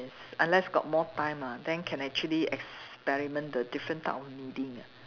yes unless got more time ah then can actually experiment the different type of kneading ah